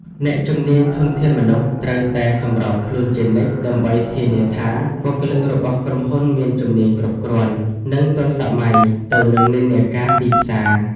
អ្នកជំនាញធនធានមនុស្ស ត្រូវតែសម្របខ្លួនជានិច្ច ដើម្បីធានាថាបុគ្គលិករបស់ក្រុមហ៊ុនមានជំនាញគ្រប់គ្រាន់ និងទាន់សម័យទៅនឹងនិន្នាការទីផ្សារ។